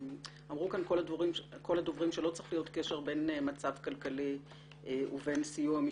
אמרו כאן כל הדוברים שלא צריך להיות קשר בין מצב כלכלי ובין סיוע משפטי.